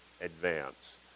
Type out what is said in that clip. advance